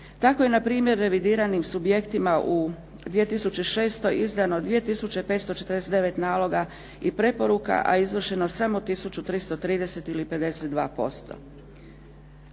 Tkao je npr. revidiranim subjektima u 2006. izdano 2 tisuće 549 naloga i preporuka a izvršeno samo 1330 ili 52%.